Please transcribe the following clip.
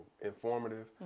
informative